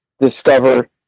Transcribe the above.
discover